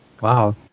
Wow